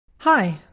Hi